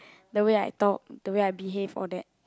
the way I talk the way I behave all that